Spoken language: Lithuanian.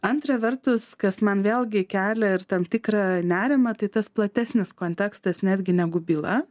antra vertus kas man vėlgi kelia ir tam tikrą nerimą tai tas platesnis kontekstas netgi negu byla